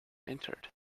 entered